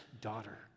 daughter